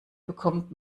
bekommt